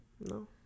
no